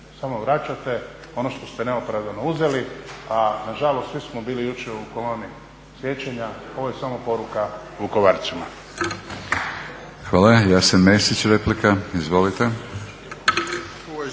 samo vraćate ono što ste neopravdano uzeli, a nažalost svi smo bili jučer u koloni sjećanja. Ovo je samo poruka Vukovarcima. **Batinić, Milorad (HNS)**